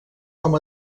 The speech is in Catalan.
com